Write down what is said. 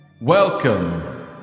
Welcome